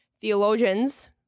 theologians